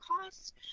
cost